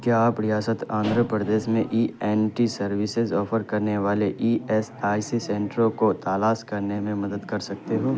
کیا آپ ریاست آندھرا پردیس میں E N T services offer کرنے والے ای ایس آئی سی سنٹروں کو تلاش کرنے میں مدد کر سکتے ہو